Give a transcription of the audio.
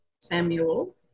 Samuel